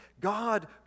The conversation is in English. God